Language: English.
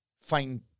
find